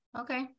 okay